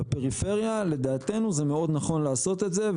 בפריפריה, לדעתנו, זה מאוד נכון לעשות את זה.